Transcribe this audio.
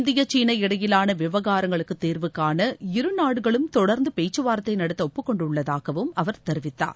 India China இடையிலாள விவகாரங்களுக்கு தீர்வுகாண இரு நாடுகளும் தொடர்ந்து பேச்சுவார்த்தை நடத்த ஒப்புக்கொண்டுள்ளதாகவும் அவர் தெரிவித்தார்